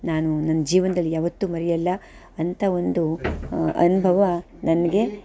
ನಾನು ನನ್ನ ಜೀವನ್ದಲ್ಲಿ ಯಾವತ್ತೂ ಮರೆಯಲ್ಲ ಅಂತ ಒಂದು ಅನುಭವ ನನಗೆ